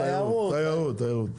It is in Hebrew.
תיירות.